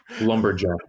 Lumberjack